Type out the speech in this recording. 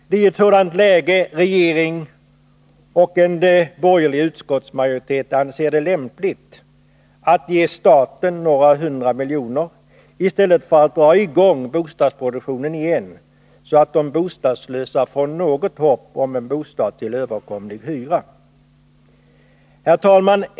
Det är i ett sådant läge regeringen och den borgerliga utskottsmajoriteten anser det lämpligt att ge staten några hundra miljoner i stället för att dra i gång bostadsproduktionen igen, så att de bostadslösa får något hopp om en bostad till överkomlig hyra.